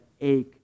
ache